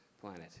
planet